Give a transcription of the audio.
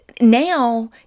Now